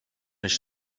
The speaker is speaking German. nicht